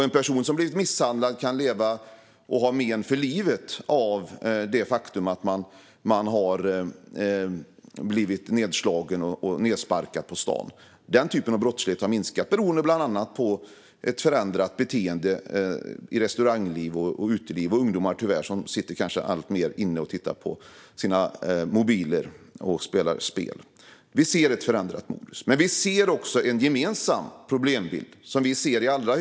En person som blivit misshandlad - nedslagen eller nedsparkad på stan - kan ha men för livet. Den typen av brottslighet har minskat, bland annat beroende på ett förändrat beteende i restaurang och uteliv och på att ungdomar tyvärr alltmer sitter inne och tittar på sina mobiler och spelar spel. Vi ser ett förändrat modus. Men vi ser också i allra högsta grad en gemensam problembild.